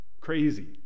Crazy